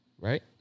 right